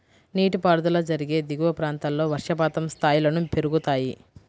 నీటిపారుదల జరిగే దిగువ ప్రాంతాల్లో వర్షపాతం స్థాయిలను పెరుగుతాయి